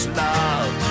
love